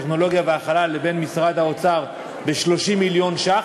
הטכנולוגיה והחלל לבין משרד האוצר ב-30 מיליון ש"ח.